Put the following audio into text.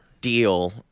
deal